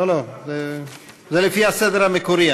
לא לא, זה לפי הסדר המקורי.